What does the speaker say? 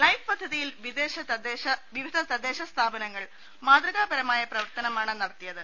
life പദ്ധതിയിൽ വിവിധ് തദ്ദേശസ്ഥാപനങ്ങൾ മാതൃകാപരമായ പ്രവർത്തനമാണ് നടത്തിയത്